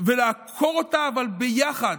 ולעקור אותה, אבל ביחד.